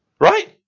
Right